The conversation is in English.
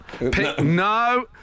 No